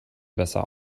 besser